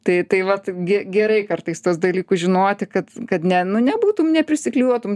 tai tai vat ge gerai kartais tas dalykus žinoti kad kad ne nu nebūtum neprisikliuotum